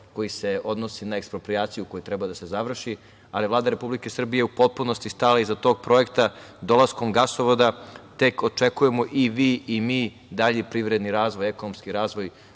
koji se odnosi na eksproprijaciju koja treba da se završi, ali Vlada Republike Srbije je u potpunosti stala iza tog projekta. Dolaskom gasovoda tek očekujemo, i vi i mi, dalji privredni razvoj, ekonomski razvoj